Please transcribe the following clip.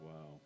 Wow